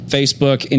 Facebook